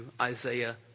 Isaiah